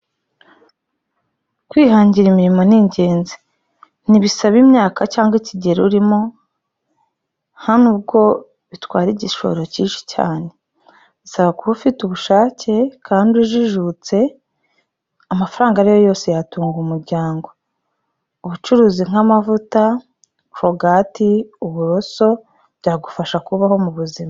Kwihangira imirimo ni ingenzi, ntibisaba imyaka cyangwa ikigero urimo, nta n'ubwo bitwara igishoro kinshi cyane, bisaba kuba ufite ubushake kandi ujijutse, amafaranga ayo ari yo yose yatunga umuryango, ubucuruzi nk'amavuta, korogati, uburoso byagufasha kubaho mu buzima.